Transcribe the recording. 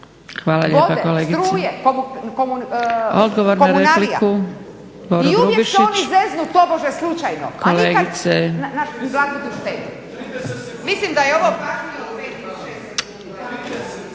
Hvala lijepa kolegice.